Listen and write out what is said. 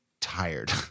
tired